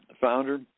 founder